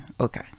Okay